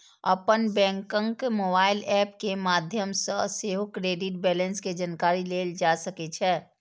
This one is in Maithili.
अपन बैंकक मोबाइल एप के माध्यम सं सेहो क्रेडिट बैंलेंस के जानकारी लेल जा सकै छै